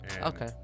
okay